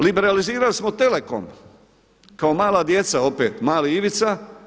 Liberalizirali smo Telekom kao mala djeca opet, mali Ivica.